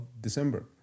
December